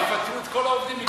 יפטרו את כל העובדים בגללך.